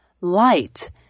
Light